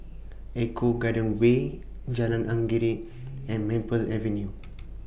Eco Garden Way Jalan Anggerek and Maple Avenue